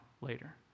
later